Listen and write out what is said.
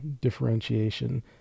differentiation